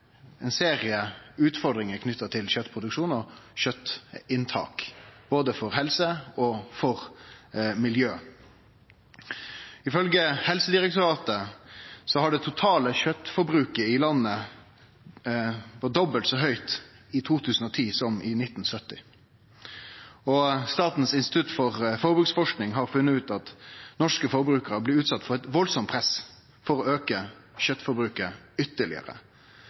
ein serie utfordringar knytt til kjøtproduksjon og kjøtinntak, både for helse og for miljø. Ifølgje Helsedirektoratet var det totale kjøtforbruket i landet dobbelt så høgt i 2010 som i 1970, og Statens institutt for forbruksforsking har funne ut at norske forbrukarar blir utsette for eit veldig press for å auke kjøtforbruket ytterlegare.